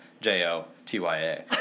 J-O-T-Y-A